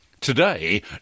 Today